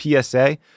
PSA